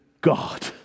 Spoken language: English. God